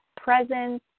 presence